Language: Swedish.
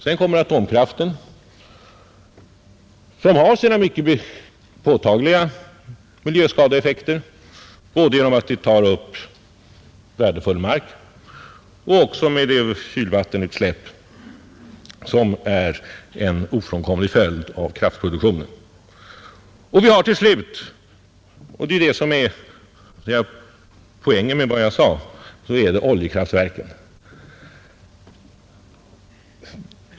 Sedan kommer atomkraften, som dock har sina mycket påtagliga miljöskadeeffekter både genom att kraftverken tar upp värdefull mark och genom det kylvattenutsläpp som är en ofrånkomlig följd av kraftproduktionen. Vi har till slut — och det är det som är poängen med vad jag sade — oljekraftverken.